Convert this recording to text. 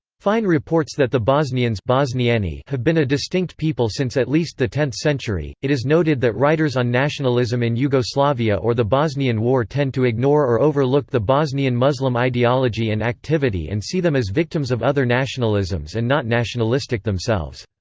fine reports that the bosnians have been a distinct people since at least the tenth century it is noted that writers on nationalism in yugoslavia or the bosnian war tend to ignore or overlook the bosnian muslim ideology and activity and see them as victims of other nationalisms and not nationalistic themselves.